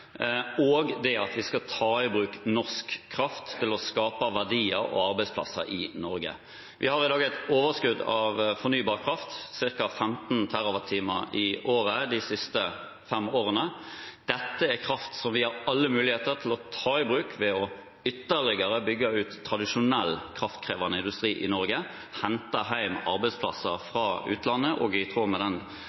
og det at vi skal ta i bruk norsk kraft til å skape verdier og arbeidsplasser i Norge. Vi har i dag et overskudd av fornybar kraft, ca. 15 TWh i året de siste fem årene. Dette er kraft som vi har alle muligheter til å ta i bruk ved ytterligere å bygge ut tradisjonell kraftkrevende industri i Norge, hente hjem arbeidsplasser fra utlandet, også i tråd med